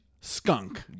skunk